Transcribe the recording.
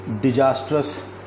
disastrous